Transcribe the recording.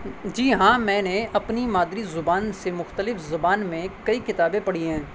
جی ہاں میں نے اپنی مادری زبان سے مختلف زبان میں کئی کتابیں پڑھی ہیں